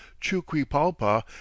Chuquipalpa